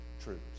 troops